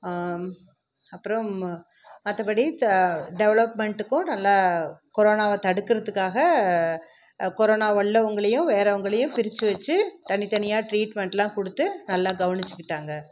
அப்புறம் மற்றப்படி டெவெலப்மெண்ட்க்கும் நல்லா கொரோனாவை தடுக்கிறதுக்காக கொரோனா உள்ளவர்களையும் வேறவர்களையும் பிரிச்சு வச்சு தனித்தனியாக ட்ரீட்மென்ட்டெலாம் கொடுத்து நல்லா கவனிச்சு கிட்டாங்க